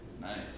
Nice